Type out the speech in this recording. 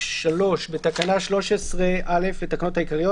בתקנה 13(א) לתקנות העיקריות